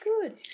good